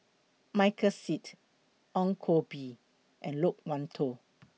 Michael Seet Ong Koh Bee and Loke Wan Tho